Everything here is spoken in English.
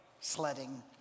sledding